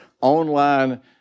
online